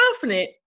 confident